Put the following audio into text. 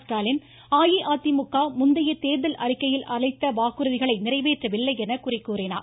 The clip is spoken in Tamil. ஸ்டாலின் அஇஅதிமுக முந்தைய தேர்தல் அறிக்கையில் அளித்த வாக்குறுதிகளை நிறைவேற்றவில்லை என்று குறை கூறினார்